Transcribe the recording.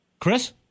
Chris